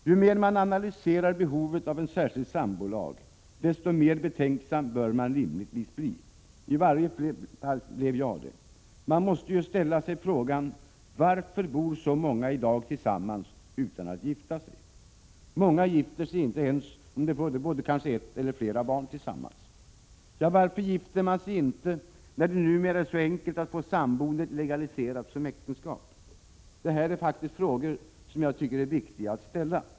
Ju mer man analyserar behovet av en särskild sambolag desto mer betänksam bör man rimligtvis bli. I varje fall blev jag det! Man måste ställa sig frågan: ”Varför bor så många i dag tillsammans utan att gifta sig?” Många gifter sig inte ens även om de får både ett eller flera barn tillsammans. Ja, varför gifter man sig inte, när det numera är så enkelt att få samboendet legaliserat som äktenskap? Det här är faktiskt frågor, som jag tycker är viktiga att ställa.